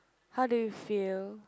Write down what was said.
how do you feel